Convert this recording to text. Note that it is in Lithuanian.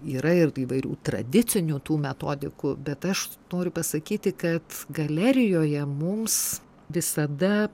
yra ir įvairių tradicinių tų metodikų bet aš noriu pasakyti kad galerijoje mums visada